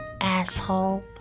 asshole